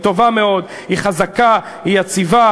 היא טובה מאוד, היא חזקה, היא יציבה.